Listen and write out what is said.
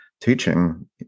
teaching